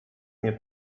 nie